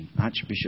Archbishop